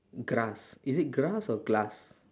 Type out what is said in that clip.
grass is it grass or glass